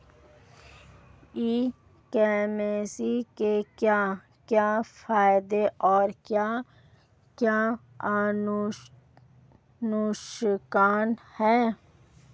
ई commerce के क्या क्या फायदे और क्या क्या नुकसान है?